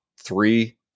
three